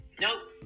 Nope